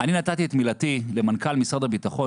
נתתי את מילתי למנכ"ל משרד הביטחון,